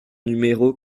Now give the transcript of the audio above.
numéro